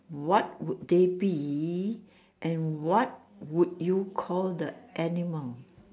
what would they be and what would you call the animal